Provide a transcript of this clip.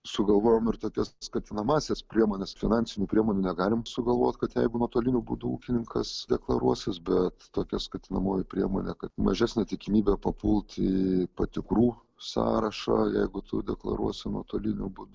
sugalvojom ir tokias skatinamąsias priemones finansinių priemonių negalim sugalvot kad jeigu nuotoliniu būdu ūkininkas deklaruosis bet tokia skatinamoji priemonė kad mažesnė tikimybė papult į patikrų sąrašą jeigu tu deklaruosi nuotoliniu būdu